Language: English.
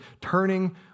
turning